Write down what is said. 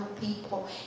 people